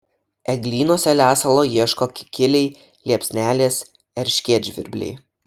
eglynuose lesalo ieško kikiliai liepsnelės erškėtžvirbliai